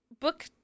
book